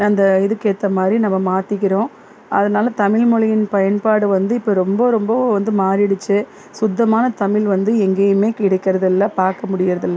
அந்த இதுக்கு ஏற்ற மாதிரி நம்ம மாற்றிக்கிறோம் அதனாலே தமிழ் மொழியின் பயன்பாடு வந்து இப்போ ரொம்ப ரொம்ப வந்து மாறிடுச்சு சுத்தமான தமிழ் வந்து எங்கையுமே கிடைக்கறதில்லை பார்க்க முடியிறதில்லை